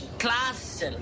Class